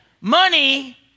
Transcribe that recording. Money